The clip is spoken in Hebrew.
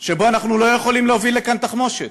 שאנחנו לא יכולים להוביל לכאן תחמושת,